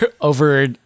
over